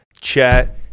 Chat